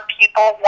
people